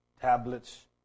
Tablets